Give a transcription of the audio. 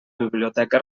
biblioteca